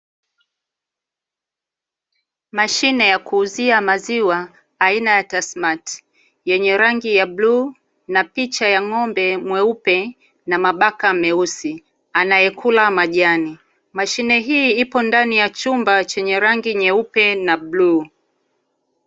Mashine ya kuuzia maziwa aina ya "TASSMATT", yenye rangi ya bluu na picha ya ng'ombe mweupe na mabaka meusi anayekula majani. Mashine hii ipo ndani ya chumba chenye rangi nyeupe na bluu.